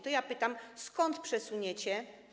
To ja pytam: Skąd przesuniecie?